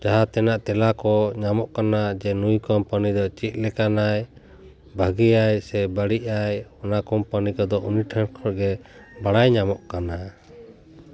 ᱡᱟᱦᱟᱸ ᱛᱮᱱᱟᱜ ᱛᱮᱞᱟ ᱠᱚ ᱧᱟᱢᱚᱜ ᱠᱟᱱᱟ ᱡᱮ ᱱᱩᱭ ᱠᱳᱢᱯᱟᱱᱤ ᱫᱚ ᱪᱮᱫ ᱞᱮᱠᱟᱱᱟᱭ ᱵᱷᱟᱜᱮᱭᱟᱭ ᱥᱮ ᱵᱟᱹᱲᱤᱡ ᱟᱭ ᱚᱱᱟ ᱠᱳᱢᱯᱟᱱᱤ ᱠᱚᱫᱚ ᱩᱱᱤ ᱴᱷᱮᱱ ᱠᱷᱚᱱ ᱜᱮ ᱵᱟᱲᱟᱭ ᱧᱟᱢᱚᱜ ᱠᱟᱱᱟ